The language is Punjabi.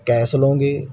ਕੈਸ ਲਉਂਗੇ